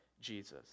Jesus